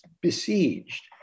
besieged